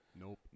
Nope